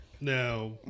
Now